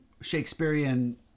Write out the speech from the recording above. Shakespearean